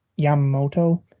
Yamamoto